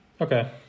Okay